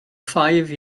five